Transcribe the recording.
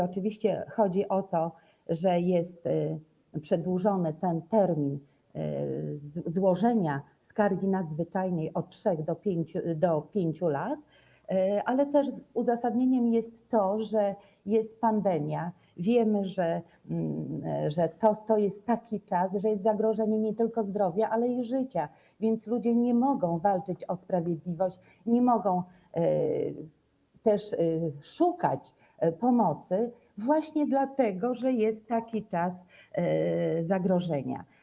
Oczywiście chodzi o to, że jest wydłużony ten termin na złożenie skargi nadzwyczajnej z 3 do 5 lat, ale też uzasadnieniem jest to, że jest pandemia, wiemy, że to jest taki czas, że jest zagrożenie nie tylko zdrowia, ale i życia, więc ludzie nie mogą walczyć o sprawiedliwość, nie mogą szukać pomocy właśnie dlatego, że jest taki czas zagrożenia.